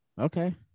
Okay